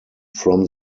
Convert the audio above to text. from